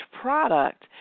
product